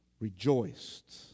rejoiced